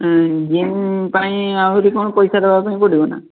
room ପାଇଁ ଆହୁରି କ'ଣ ପଇସା ଦେବା ପାଇଁ ପଡ଼ିବନା